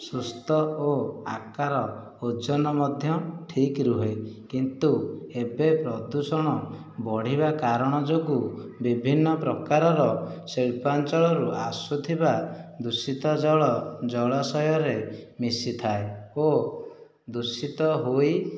ସୁସ୍ଥ ଓ ଆକାର ଓଜନ ମଧ୍ୟ ଠିକ୍ ରୁହେ କିନ୍ତୁ ଏବେ ପ୍ରଦୂଷଣ ବଢ଼ିବା କାରଣ ଯୋଗୁଁ ବିଭିନ୍ନ ପ୍ରକାରର ଶିଳ୍ପାଞ୍ଚଳରୁ ଆସୁଥିବା ଦୂଷିତ ଜଳ ଜଳାଶୟରେ ମିଶିଥାଏ ଓ ଦୂଷିତ ହୋଇ